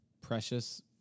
precious